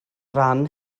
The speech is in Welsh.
ran